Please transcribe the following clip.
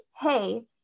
hey